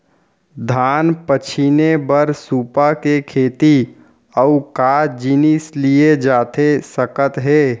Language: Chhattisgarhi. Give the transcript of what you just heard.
धान पछिने बर सुपा के सेती अऊ का जिनिस लिए जाथे सकत हे?